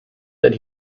that